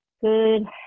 good